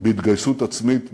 בהתגייסות עצמית מרשימה,